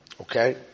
Okay